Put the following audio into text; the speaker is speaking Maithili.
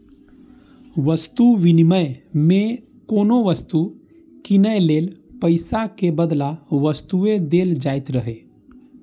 वस्तु विनिमय मे कोनो वस्तु कीनै लेल पैसा के बदला वस्तुए देल जाइत रहै